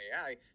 AI